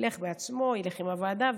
ילך עם הוועדה,